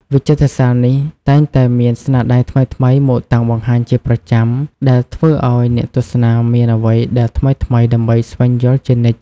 វិចិត្រសាលនេះតែងតែមានស្នាដៃថ្មីៗមកតាំងបង្ហាញជាប្រចាំ ដែលធ្វើឲ្យអ្នកទស្សនាមានអ្វីដែលថ្មីៗដើម្បីស្វែងយល់ជានិច្ច។